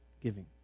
giving